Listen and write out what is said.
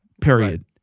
period